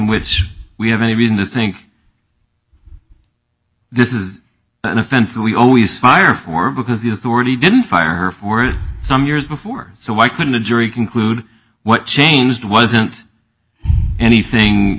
which we have any reason to think this is an offense that we always fire for because the authority didn't fire her for it some years before so why couldn't the jury conclude what changed wasn't anything